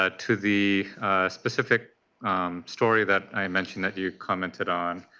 ah to the specific story that i mentioned that you commented on,